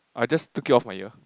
I just took it off my ear